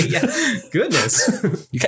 Goodness